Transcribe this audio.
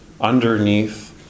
underneath